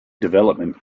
development